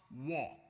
walk